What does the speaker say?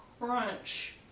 Crunch